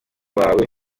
bawe